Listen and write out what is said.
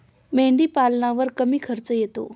मेंढीपालनावर कमी खर्च येतो